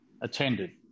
attended